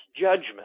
judgment